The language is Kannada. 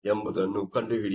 ಎಂಬುದನ್ನು ಕಂಡುಹಿಡಿಯಿರಿ